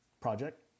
project